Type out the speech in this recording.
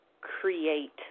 Create